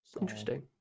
Interesting